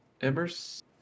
Embers